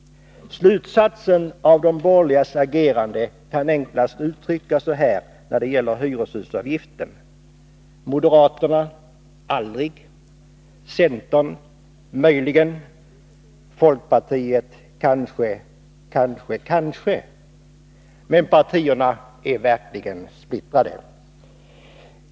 Slutsatsen av de borgerligas agerande kan enklast uttryckas så här när det gäller hyreshusavgiften: moderaterna aldrig, centern möjligen, folkpartiet kanske, kanske, kanske. Men partierna är verkligen splittrade.